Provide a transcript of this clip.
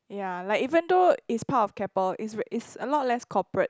ya like even though it's part of Keppel it's it's a lot less corporate